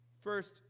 First